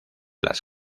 las